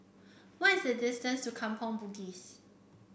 what is the distance to Kampong Bugis